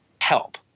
help